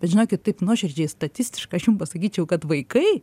bet žinokit taip nuoširdžiai statistiškai aš jums pasakyčiau kad vaikai